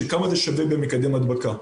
כמה זה שווה במקדם ההדבקה.